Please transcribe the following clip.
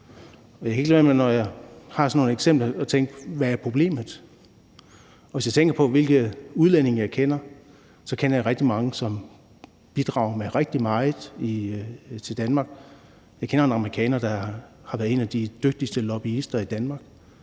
Jeg kan ikke lade være med, når jeg har sådan nogle eksempler, at tænke: Hvad er problemet? Og hvis jeg tænker på, hvilke udlændinge jeg kender, kender jeg rigtig mange, som bidrager med rigtig meget til Danmark. Jeg kender en amerikaner, der har været en af de dygtigste lobbyister i Danmark.